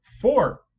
four